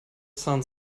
sun